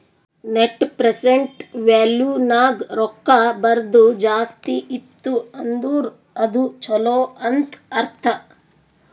net present value ನಾಗ್ ರೊಕ್ಕಾ ಬರದು ಜಾಸ್ತಿ ಇತ್ತು ಅಂದುರ್ ಅದು ಛಲೋ ಅಂತ್ ಅರ್ಥ